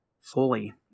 fully